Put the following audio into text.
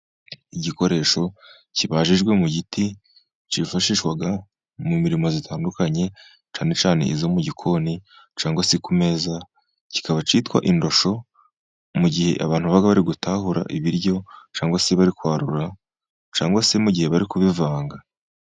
Igikoresho kibajijwe mu giti cyifashishwa mu mirimo itandukanye, cyanecyane iyo mu gikoni cyangwa se ku meza. Kikaba cyitwa indosho mu gihe abantu baba bari gutahura ibiryo cyangwa se bari kwarura, cyangwa se mu gihe bari kubivanga.